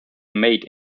mate